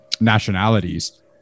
nationalities